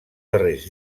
darrers